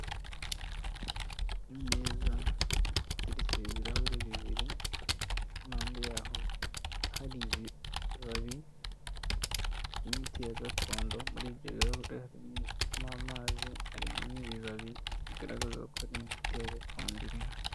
Imeza iteretseho ibirahure bibiri, impande yaho hari ibibabi by'imiti ya gakondo, muri ibyo birahure harimo amazi, harimo n'ibibabi bigaragaza ko ari imiti ya gakondo irimo.